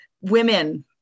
women